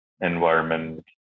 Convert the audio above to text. environment